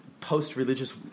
post-religious